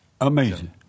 Amazing